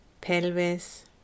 pelvis